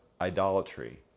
idolatry